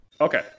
Okay